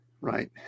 Right